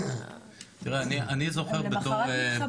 הם למחרת מתחברים.